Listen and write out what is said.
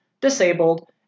disabled